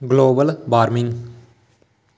global warming